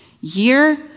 year